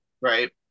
Right